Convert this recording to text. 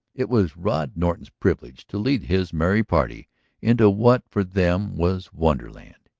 it was rod norton's privilege to lead his merry party into what for them was wonderland.